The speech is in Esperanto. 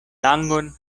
langon